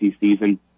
season